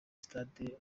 stade